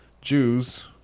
Jews